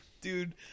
dude